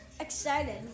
excited